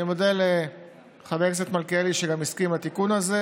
אני מודה לחבר הכנסת מלכיאלי שגם הסכים עם התיקון הזה,